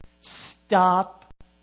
Stop